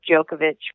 Djokovic